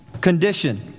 condition